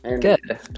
Good